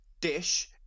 dish